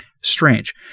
Strange